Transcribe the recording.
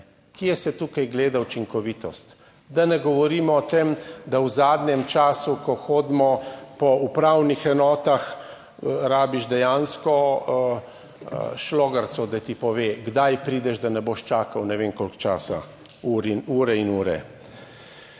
Kje se tukaj gleda učinkovitost? Da ne govorimo o tem, da v zadnjem času, ko hodimo po upravnih enotah, rabiš dejansko šlogarco, da ti pove, kdaj prideš, da ne boš čakal ne vem koliko časa, ur in ure